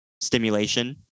stimulation